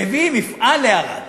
מביא מפעל לערד